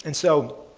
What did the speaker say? and so,